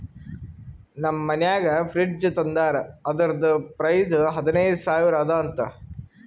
ನಮ್ ಮನ್ಯಾಗ ಫ್ರಿಡ್ಜ್ ತಂದಾರ್ ಅದುರ್ದು ಪ್ರೈಸ್ ಹದಿನೈದು ಸಾವಿರ ಅದ ಅಂತ